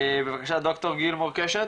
בבקשה, ד"ר גילמור קשת,